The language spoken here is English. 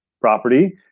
property